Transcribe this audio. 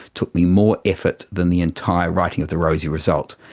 took me more effort than the entire writing of the rosie result,